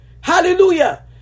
Hallelujah